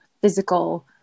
physical